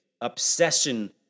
obsession